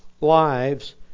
lives